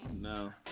No